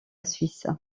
suisse